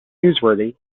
newsworthy